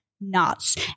nuts